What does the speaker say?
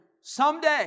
Someday